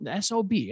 SOB